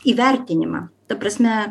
įvertinimą ta prasme